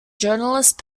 journalist